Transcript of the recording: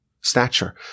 stature